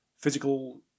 physical